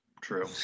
True